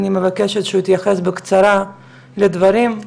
אני מבקשת שהוא יתייחס בקצרה לדברים.